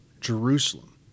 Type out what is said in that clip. Jerusalem